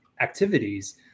activities